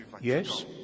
Yes